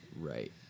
Right